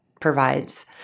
provides